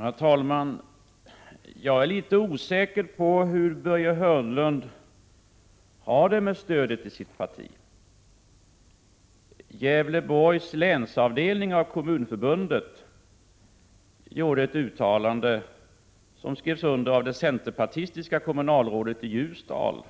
Herr talman! Jag är litet osäker på hur Börje Hörnlund har det med stödet i sitt parti. Gävleborgs länsavdelning av Kommunförbundet gjorde ett uttalande, som skrevs under av det centerpartistiska kommunalrådet i Ljusdal.